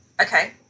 okay